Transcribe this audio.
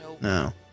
No